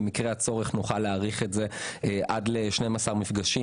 במקרה הצורך נוכל להאריך את זה עד ל-12 מפגשים,